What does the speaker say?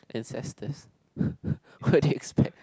ancestors what did expect